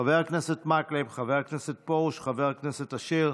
חבר הכנסת מקלב, חבר הכנסת פרוש, חבר הכנסת אשר,